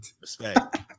Respect